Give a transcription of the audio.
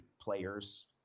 players